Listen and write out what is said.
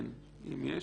כן, אם יש.